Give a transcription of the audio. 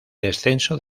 descenso